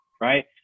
right